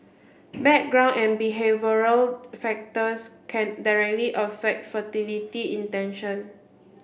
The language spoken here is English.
background and behavioural factors can directly affect fertility intention